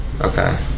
Okay